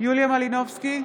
יוליה מלינובסקי,